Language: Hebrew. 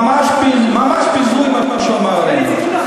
ממש ביזוי מה שהוא אמר עלינו, תן לי ציטוט אחד.